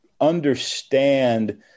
understand